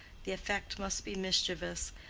the effect must be mischievous,